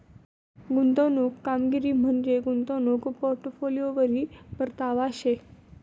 गुंतवणूकनी कामगिरी म्हंजी गुंतवणूक पोर्टफोलिओवरी परतावा शे